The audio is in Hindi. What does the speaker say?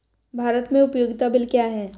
भारत में उपयोगिता बिल क्या हैं?